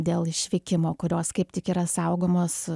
dėl išvykimo kurios kaip tik yra saugomos